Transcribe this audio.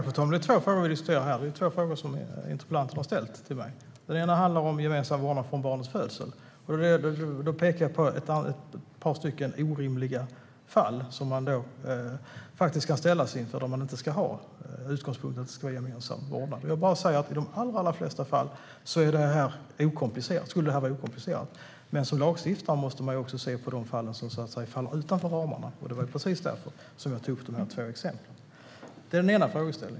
Fru talman! Det är två frågor som interpellanten har ställt till mig och som vi diskuterar. Den ena handlar om gemensam vårdnad från barnets födsel. Här pekar jag på ett par orimliga fall som man kan ställas inför då utgångspunkten inte ska vara gemensam vårdnad. I de allra flesta fall är det okomplicerat, men som lagstiftare måste vi också se till de fall som ligger utanför ramarna. Det var därför jag tog upp dessa två exempel.